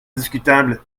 discutable